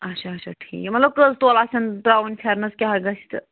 اچھا اچھا ٹھیٖک مَطلب کٔژ تولہٕ آسَن ترٛاوٕنۍ فیرنَس کیاہ گَژھِ تہٕ